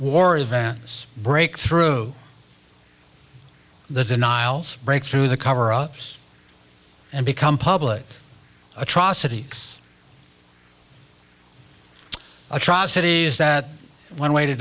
or events break through the denials break through the cover ups and become public atrocities atrocities that one way to